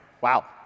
Wow